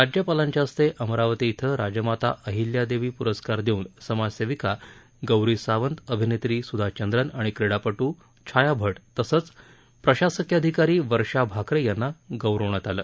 राज्यपालांच्या हस्ते काल अमरावती धिं राजमाता अहिल्यादेवी पुरस्कार देऊन समाजसेविका गौरी सावंत अभिनेत्री सुधा चंद्रन आणि क्रीडापट्र छाया भट तसंच प्रशासकीय अधिकारी वर्षा भाकरे यांना गौरवण्यात आलं